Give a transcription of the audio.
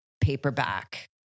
paperback